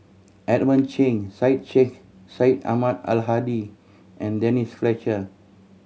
Edmund Cheng Syed Sheikh Syed Ahmad Al Hadi and Denise Fletcher